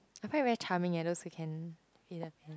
I find very charming eh those who can play the pian~